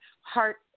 heart